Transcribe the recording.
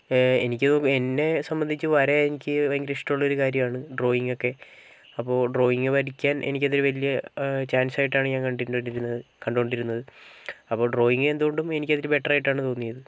എനിക്ക് എന്നെ സംബന്ധിച്ചു വര എനിക്ക് ഭയങ്കര ഇഷ്ടം ഉള്ളൊരു കാര്യമാണ് ഡ്രോയിങ്ങ് ഒക്കെ അപ്പോൾ ഡ്രോയിങ്ങ് പഠിക്കാൻ എനിക്കതിൽ വലിയ ചാൻസ് ആയിട്ടാണ് ഞാൻ കണ്ടിട്ട് കണ്ടിരുന്നത് കണ്ടുകൊണ്ടിരുന്നത് അപ്പോൾ ഡ്രോയിങ്ങ് എന്തുകൊണ്ടും എനിക്കതിൽ ബെറ്റർ ആയിട്ടാണ് തോന്നിയത്